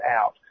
out